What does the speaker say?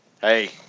hey